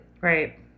Right